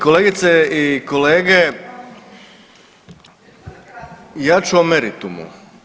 Kolegice i kolege, ja ću o meritumu.